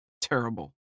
terrible